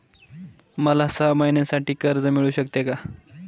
मला सहा महिन्यांसाठी कर्ज मिळू शकते का?